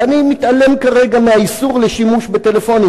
ואני מתעלם כרגע מאיסור השימוש בטלפונים,